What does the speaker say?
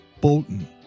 Bolton